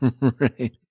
Right